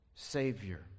savior